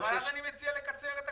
אז אני מציע לקצר.